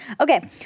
Okay